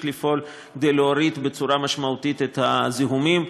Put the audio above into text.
לפעול כדי להוריד בצורה משמעותית את הזיהומים.